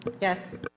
Yes